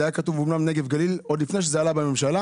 זה היה כתוב אמנם נגב-גליל עוד לפני שזה עלה בממשלה.